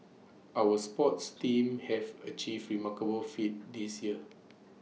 our sports teams have achieved remarkable feats this year